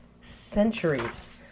centuries